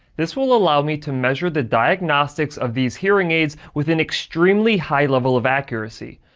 this will allow me to measure the diagnostics of these hearing aids with an extremely high level of accuracy.